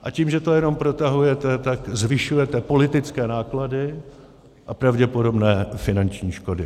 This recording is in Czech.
A tím, že to jenom protahujete, tak zvyšujete politické náklady a pravděpodobné finanční škody.